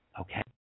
Okay